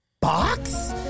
box